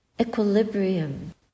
equilibrium